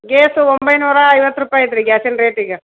gays ಒಂಬೈನೂರ ಐವತ್ತು ರುಪಾಯಿ ಐತ್ರೀ ಗ್ಯಾಸಿನ ರೇಟ್ ಈಗ